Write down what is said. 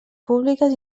públiques